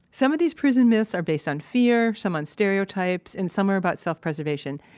some of these prison myths are based on fear, some on stereotypes, and some are about self-preservation.